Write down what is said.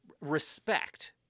respect